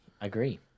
Agree